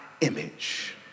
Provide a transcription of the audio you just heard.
image